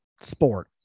sport